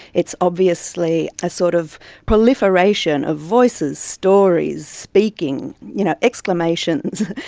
it's obviously a sort of proliferation of voices, stories, speaking, you know exclamations.